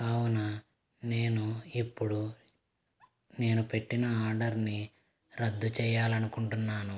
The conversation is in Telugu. కావున నేను ఎప్పుడు నేను పెట్టిన ఆర్డర్ని రద్దు చేయాలనుకుంటున్నాను